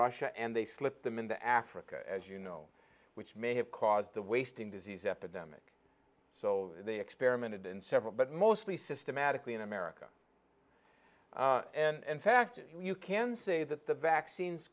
russia and they slipped them into africa as you know which may have caused the wasting disease epidemic so they experimented in several but mostly systematically in america and fact you can say that the vaccines